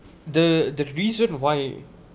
the the reason why